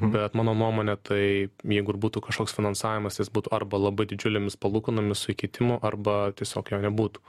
bet mano nuomone tai jeigu ir būtų kažkoks finansavimas jis būtų arba labai didžiulėmis palūkanomis su įkeitimu arba tiesiog jo nebūtų